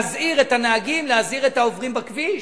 להזהיר את הנהגים, להזהיר את העוברים בכביש?